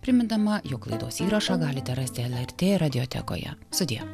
primindama jog laidos įrašą galite rasti lrt radiotekoje sudie